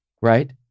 right